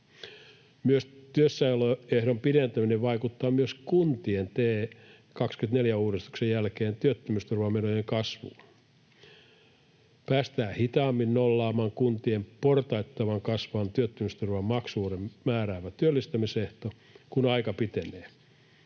Myös työssäoloehdon pidentäminen vaikuttaa kuntien TE24-uudistuksen jälkeen työttömyysturvamenojen kasvuun. Päästään hitaammin nollaamaan kuntien portaittain kasvavien työttömyysturvamaksujen määräävää työllistämisehtoa, kun aika pitenee.